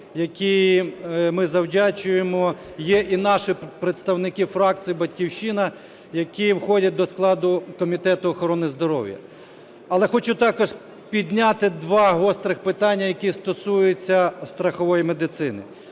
яким ми завдячуємо, є і наші представники фракції "Батьківщина", які входять до складу Комітету охорони здоров'я. Але хочу також підняти два гострих питання, які стосуються страхової медицини.